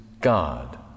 God